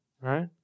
right